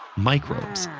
microbes,